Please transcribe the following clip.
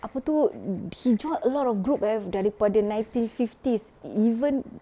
apa tu he joined a lot of group eh daripada nineteen fifties even